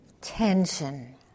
Tension